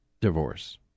divorce